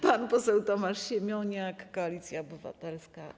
Pan poseł Tomasz Siemoniak, Koalicja Obywatelska.